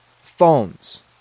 phones